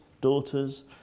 daughters